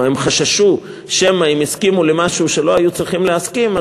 הם חששו שמא הם הסכימו למשהו שהם לא היו צריכים להסכים לו,